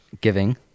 giving